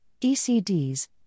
ECDs